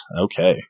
okay